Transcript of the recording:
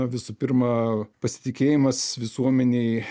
visų pirma pasitikėjimas visuomenėj